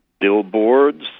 billboards